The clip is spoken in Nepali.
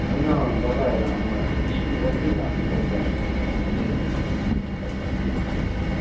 होइन तपाईँहरू हाम्रो स्कुलबाटै पिकअप गर्छ स्कुलमा ल्याइदिए त राम्रो हुन्थ्यो तपाईँहरूले भनेर नि